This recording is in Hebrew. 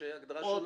יש הגדרה שונה.